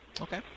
Okay